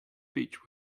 beech